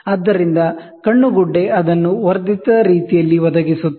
ಆದ್ದರಿಂದ ಕಣ್ಣುಗುಡ್ಡೆ ಅದನ್ನು ವರ್ಧಿತ ರೀತಿಯಲ್ಲಿ ಒದಗಿಸುತ್ತದೆ